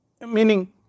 Meaning